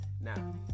Now